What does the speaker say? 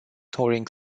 touring